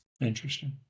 Interesting